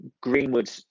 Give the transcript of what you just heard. Greenwood